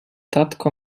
tatko